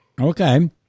Okay